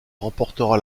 remportera